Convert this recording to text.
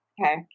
Okay